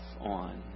on